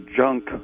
junk